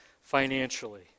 financially